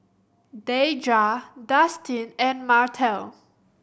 Deidra Dustin and Martell